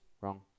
Wrong